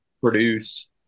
produce